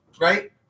right